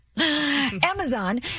Amazon